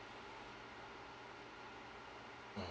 mm